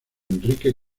enrique